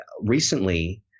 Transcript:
recently